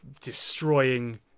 destroying